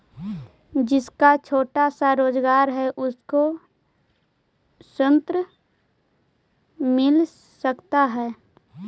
जिसका छोटा सा रोजगार है उसको ऋण मिल सकता है?